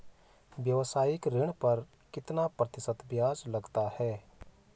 व्यावसायिक ऋण पर कितना प्रतिशत ब्याज लगता है?